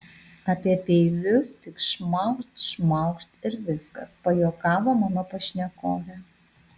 apie peilius tik šmaukšt šmaukšt ir viskas pajuokavo mano pašnekovė